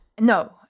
No